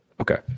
Okay